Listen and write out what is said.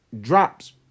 drops